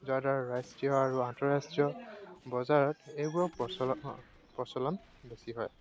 যাৰ দ্বাৰা ৰাষ্ট্ৰীয় আৰু আন্তঃৰাষ্ট্ৰীয় বজাৰত এইবোৰৰ প্ৰচলন প্ৰচলন বেছি হয়